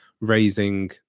raising